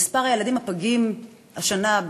מספר הילדים הפגים בשנה,